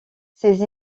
ses